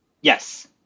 yes